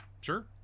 Sure